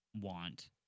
want